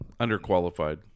underqualified